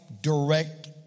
direct